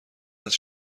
است